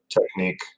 technique